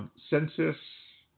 census